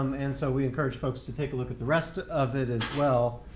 um and so we encourage folks to take a look at the rest of it as well.